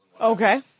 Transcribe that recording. Okay